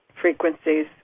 frequencies